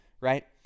right